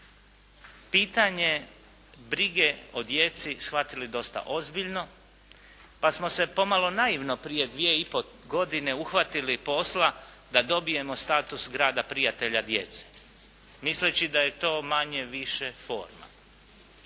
pitanje brige o djeci shvatili dosta ozbiljno, pa smo se pomalo naivno prije dvije i pol godine uhvatili posla da dobijemo status grada prijatelja djece misleći da je to manje-više forma.